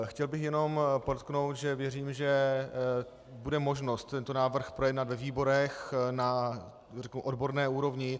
Chtěl bych jenom podotknout, že věřím, že bude možnost tento návrh projednat ve výborech na, řeknu, odborné úrovni.